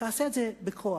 תעשה את זה בכוח,